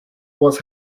was